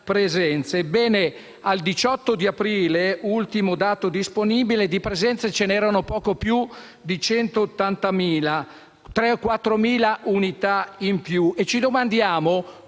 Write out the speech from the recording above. Ebbene, al 18 aprile, ultimo dato disponibile, di presenze ce n'erano poco più di 180.000, 3.000 o 4.000 unità in più